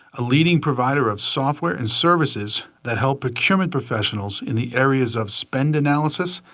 a leading provider of software and services, that help procurement professionals, in the areas of spend analysis,